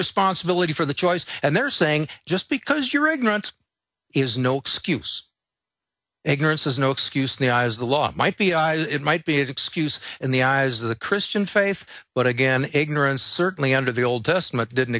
responsibility for the choice and they're saying just because you're ignorant is no excuse ignorance is no excuse the eyes of the law might be a it might be an excuse in the eyes of the christian faith but again ignorance certainly under the old testament didn't